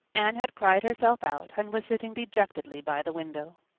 anne had cried herself out and was sitting dejectedly by the window.